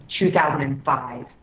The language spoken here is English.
2005